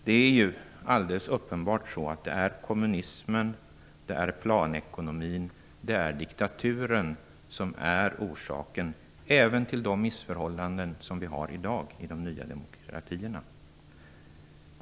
Det är alldeles uppenbart så att det är kommunismen, planekonomin och diktaturen som är orsaken även till de missförhållanden som finns i dag i de nya demokratierna.